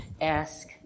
ask